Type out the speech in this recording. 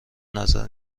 نظر